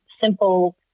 simple